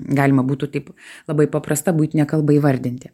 galima būtų taip labai paprasta buitine kalba įvardinti